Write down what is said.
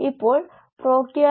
നമുക്ക് അത് വീണ്ടും നോക്കാം